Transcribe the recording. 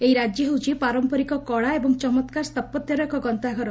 ଏହି ରାଜ୍ୟ ହେଉଛି ପାରମ୍ମରିକ କଳା ଏବଂ ଚମକ୍କାର ସ୍ରାପତ୍ୟର ଏକ ଗନ୍ତାଘର